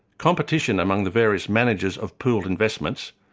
competition among the various managers of pooled investments,